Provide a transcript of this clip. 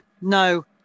No